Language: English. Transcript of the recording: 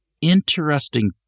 interesting